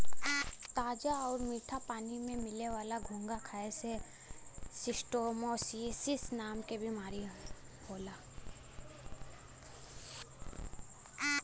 ताजा आउर मीठा पानी में मिले वाला घोंघा खाए से शिस्टोसोमियासिस नाम के बीमारी होला